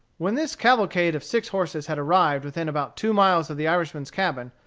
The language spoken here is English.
when this cavalcade of six horses had arrived within about two miles of the irishman's cabin,